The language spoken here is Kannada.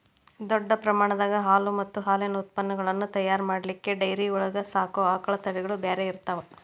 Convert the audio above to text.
ದೊಡ್ಡ ಪ್ರಮಾಣದಾಗ ಹಾಲು ಮತ್ತ್ ಹಾಲಿನ ಉತ್ಪನಗಳನ್ನ ತಯಾರ್ ಮಾಡ್ಲಿಕ್ಕೆ ಡೈರಿ ಒಳಗ್ ಸಾಕೋ ಆಕಳ ತಳಿಗಳು ಬ್ಯಾರೆ ಇರ್ತಾವ